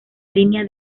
línea